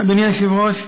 אדוני היושב-ראש,